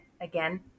again